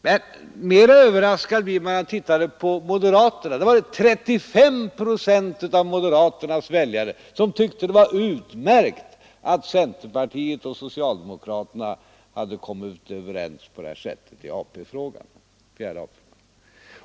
Men mera överraskad blir man när man ser på moderaternas väljare, där inte mindre än 35 procent tyckte att det var utmärkt att centerpartiet och socialdemokraterna hade kommit överens på detta sätt i AP-frågan.